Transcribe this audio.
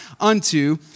unto